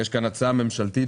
יש כאן הצעה ממשלתית,